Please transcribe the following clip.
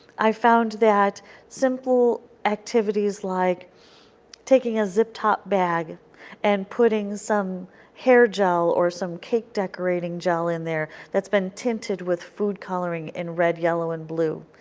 i found that simple activities like taking a zip top bag and putting some hair gel or some cake decorating gel in there that's been tinted with food coloring in red, yellow, and blue.